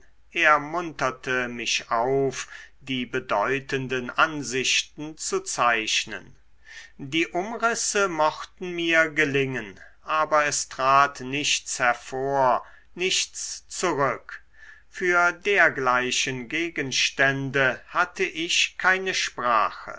er munterte mich auf die bedeutenden ansichten zu zeichnen die umrisse mochten mir gelingen aber es trat nichts hervor nichts zurück für dergleichen gegenstände hatte ich keine sprache